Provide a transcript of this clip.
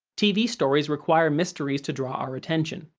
tv stories require mysteries to draw our attention.